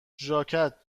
ژاکت